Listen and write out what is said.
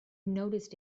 noticed